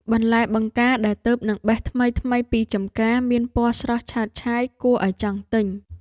បន្លែបង្ការដែលទើបនឹងបេះថ្មីៗពីចម្ការមានពណ៌ស្រស់ឆើតឆាយគួរឱ្យចង់ទិញ។